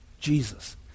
Jesus